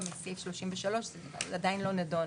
וגם סעיף 33 עדיין לא נדון.